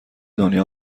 دنیا